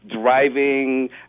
driving